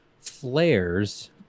flares